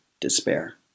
despair